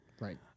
Right